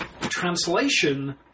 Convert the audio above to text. translation